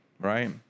right